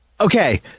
Okay